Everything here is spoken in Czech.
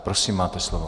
Prosím, máte slovo.